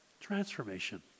transformation